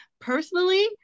Personally